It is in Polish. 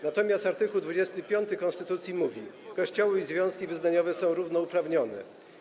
Natomiast art. 25 konstytucji mówi: Kościoły i związki wyznaniowe są równouprawnione.